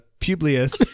Publius